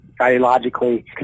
ideologically